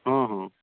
ହଁ ହଁ